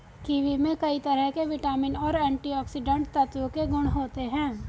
kiwi में कई तरह के विटामिन और एंटीऑक्सीडेंट तत्व के गुण होते है